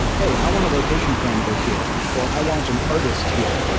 hey, i want a location parameter here, or i want an artist here.